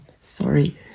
Sorry